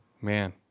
Man